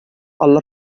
alla